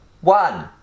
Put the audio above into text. One